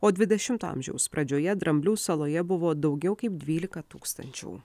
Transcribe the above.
o dvidešimto amžiaus pradžioje dramblių saloje buvo daugiau kaip dvylika tūkstančių